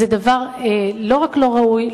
זה דבר לא רק לא ראוי,